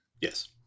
Yes